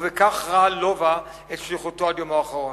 ובכך ראה לובה את שליחותו עד יומו האחרון.